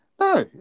No